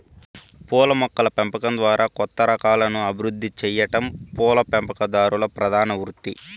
పూల మొక్కల పెంపకం ద్వారా కొత్త రకాలను అభివృద్ది సెయ్యటం పూల పెంపకందారుల ప్రధాన వృత్తి